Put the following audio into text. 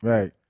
Right